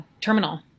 terminal